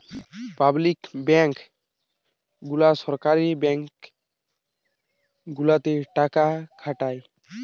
public bank গুলা সরকারি bank গুলাতে টাকা খাটায়